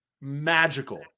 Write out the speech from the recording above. magical